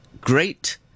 great